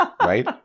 Right